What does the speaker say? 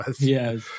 yes